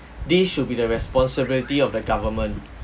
these should be the responsibility of the government